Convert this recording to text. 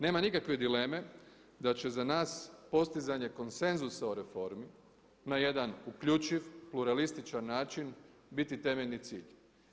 Nema nikakve dileme da će za nas postizanje konsenzusa o reformi na jedan uključiv pluralističan način biti temeljni cilj.